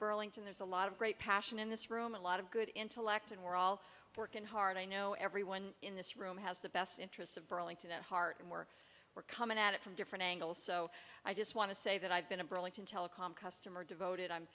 burlington there's a lot of great passion in this room a lot of good intellect and we're all working hard i know everyone in this room has the best interests of burlington at heart and more are coming at it from different angles so i just want to say that i've been a burlington telecom customer devoted i'm